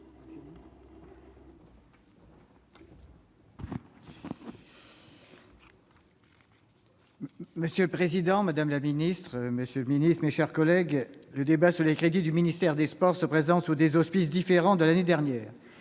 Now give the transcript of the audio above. Monsieur le président, madame la ministre, monsieur le secrétaire d'État, mes chers collègues, le débat sur les crédits du ministère des sports se présente sous des auspices différents de l'année dernière.